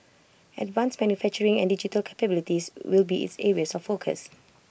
advanced manufacturing and digital capabilities will be its areas of focus